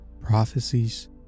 Prophecies